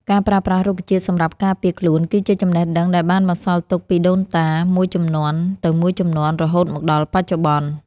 ការប្រើប្រាស់រុក្ខជាតិសម្រាប់ការពារខ្លួនគឺជាចំណេះដឹងដែលបានបន្សល់ទុកពីដូនតាមួយជំនាន់ទៅមួយជំនាន់រហូតមកដល់បច្ចុប្បន្ន។